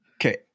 Okay